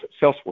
salesforce